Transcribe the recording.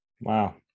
wow